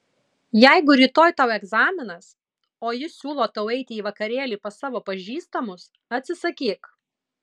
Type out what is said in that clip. jeigu rytoj tau egzaminas o jis siūlo tau eiti į vakarėlį pas savo pažįstamus atsisakyk